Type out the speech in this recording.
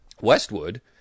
Westwood